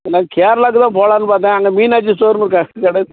நான் கேரளாவுக்குதான் போகலான்னு பார்த்தேன் அங்கே மீனாட்சி ஸ்டோருன்னு ஒரு கடை